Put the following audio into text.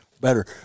better